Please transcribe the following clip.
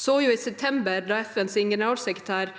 så i september, da FNs generalsekretær